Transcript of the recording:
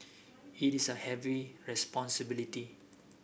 it is a heavy responsibility